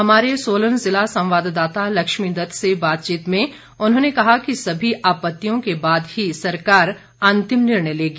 हमारे सोलन जिला संवाददाता लक्ष्मी दत्त से बातचीत में उन्होंने कहा कि सभी आपत्तियों के बाद ही सरकार अंतिम निर्णय लेगी